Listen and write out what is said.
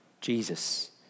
Jesus